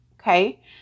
Okay